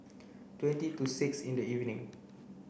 twenty to six in the evening